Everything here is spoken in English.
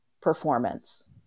performance